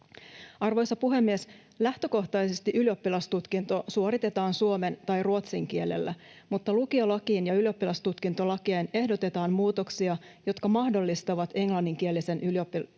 Arvoisa puhemies! Lähtökohtaisesti ylioppilastutkinto suoritetaan suomen tai ruotsin kielellä, mutta lukiolakiin ja ylioppilastutkintolakiin ehdotetaan muutoksia, jotka mahdollistavat englanninkielisen ylioppilastutkinnon